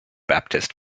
baptist